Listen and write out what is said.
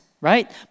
right